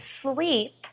sleep